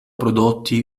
prodotti